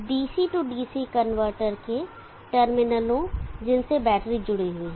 DC DC converter के टर्मिनलों जिनसे बैटरी जुड़ी हुई है